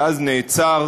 ואז נעצר,